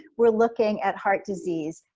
we're looking at heart disease,